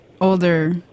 older